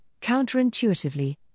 counterintuitively